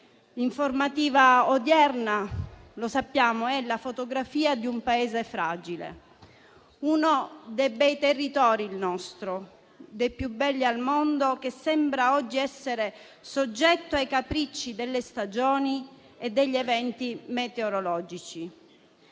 L'informativa odierna - lo sappiamo - è la fotografia di un Paese fragile. Il nostro, uno dei territori più belli al mondo, sembra oggi essere soggetto ai capricci delle stagioni e degli eventi meteorologici.